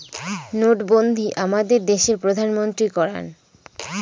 নোটবন্ধী আমাদের দেশের প্রধানমন্ত্রী করান